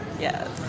yes